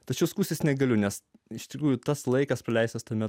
tačiau skųstis negaliu nes iš tikrųjų tas laikas praleistas tame